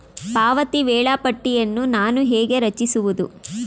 ಪಾವತಿ ವೇಳಾಪಟ್ಟಿಯನ್ನು ನಾನು ಹೇಗೆ ರಚಿಸುವುದು?